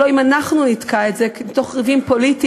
הלוא אם אנחנו נתקע את זה מתוך ריבים פוליטיים,